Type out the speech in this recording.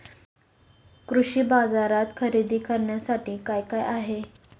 कृषी बाजारात खरेदी करण्यासाठी काय काय आहे?